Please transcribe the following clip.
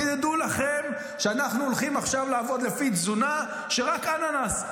תדעו לכם שאנחנו הולכים עכשיו לעבוד לפי תזונה של רק אננס.